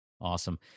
awesome